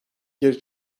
geri